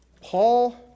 Paul